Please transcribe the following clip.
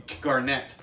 Garnett